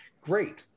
great